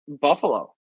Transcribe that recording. Buffalo